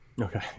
Okay